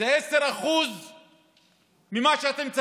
ל-80% חוב